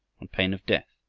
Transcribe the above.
on pain of death,